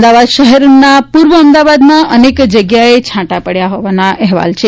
અમદાવાદ શહેરમાં પૂર્વ અમદાવાદમાં અનેક જગ્યાએ છાંટા પડ્યા હોવાના અહેવાલ છે